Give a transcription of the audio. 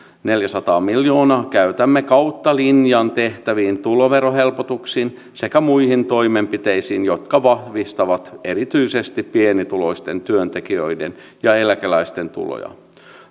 neljäsataa miljoonaa käytämme kautta linjan tehtäviin tuloverohelpotuksiin sekä muihin toimenpiteisiin jotka vahvistavat erityisesti pienituloisten työntekijöiden ja eläkeläisten tuloja